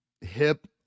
hip